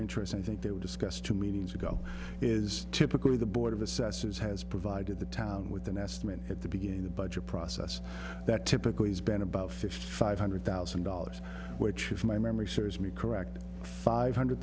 interesting i think they were discussed two meetings ago is typical of the board of assessors has provided the town with an estimate at the beginning the budget process that typically has been about fifty five hundred thousand dollars which if my memory serves me correct five hundred